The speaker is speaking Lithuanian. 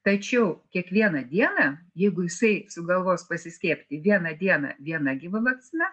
tačiau kiekvieną dieną jeigu jisai sugalvos pasiskiepyti vieną dieną viena gyva vakcina